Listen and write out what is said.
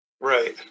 Right